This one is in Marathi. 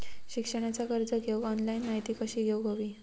शिक्षणाचा कर्ज घेऊक ऑनलाइन माहिती कशी घेऊक हवी?